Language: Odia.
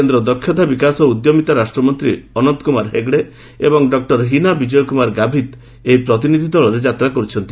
କେନ୍ଦ୍ର ଦକ୍ଷତା ବିକାଶ ଓ ଉଦ୍ୟୋମିତା ରାଷ୍ଟ୍ରମନ୍ତୀ ଅନନ୍ତ କୁମାର ହେଗେଡ୍ ଏବଂ ଡକ୍ଟର ହିନା ବିଜୟ କୁମାର ଗାଭିତ୍ ଏହି ପ୍ରତିନିଧ୍ ଦଳରେ ଯାତ୍ରା କରୁଛନ୍ତି